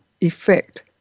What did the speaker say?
effect